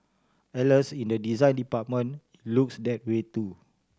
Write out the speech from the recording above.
alas in the design department looks that way too